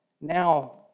now